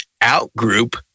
out-group